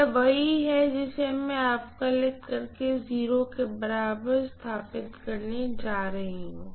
यह वही है जिसे मैं अवकलित करके के बराबर स्थापित करने जा रही हूँ